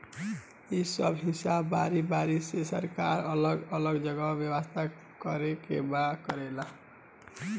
इ सब हिसाब बारी बारी से सरकार अलग अलग जगह व्यवस्था कर के काम करेले